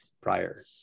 prior